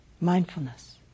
mindfulness